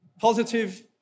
positive